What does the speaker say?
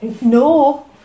no